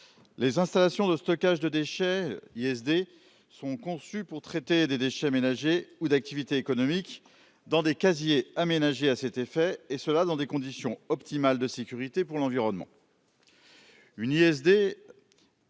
les installations de stockage de déchets ISD sont conçues pour traiter des déchets ménagers ou d'activité économique dans des casiers aménagé à cet effet, et cela dans des conditions optimales de sécurité pour l'environnement. Une ISD.